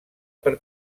per